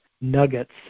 nuggets